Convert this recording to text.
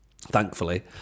thankfully